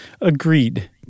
Agreed